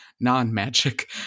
non-magic